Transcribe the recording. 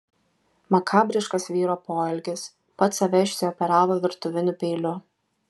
makabriškas vyro poelgis pats save išsioperavo virtuviniu peiliu